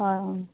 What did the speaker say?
হয় অঁ